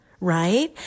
right